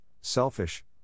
selfish